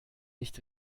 nicht